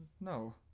No